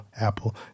Apple